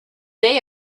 day